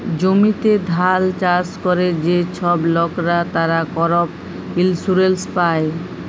জমিতে ধাল চাষ ক্যরে যে ছব লকরা, তারা করপ ইলসুরেলস পায়